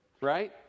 right